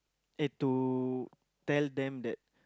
eh to tell them that